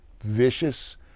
vicious